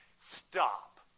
Stop